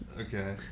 Okay